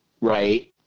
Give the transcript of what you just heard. Right